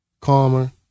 calmer